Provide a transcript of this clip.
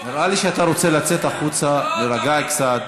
נראה לי שאתה רוצה לצאת החוצה להירגע קצת.